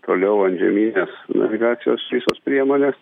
toliau antžeminės navigacijos visos priemonės